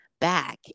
back